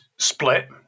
Split